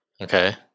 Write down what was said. Okay